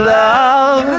love